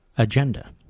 agenda